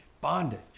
bondage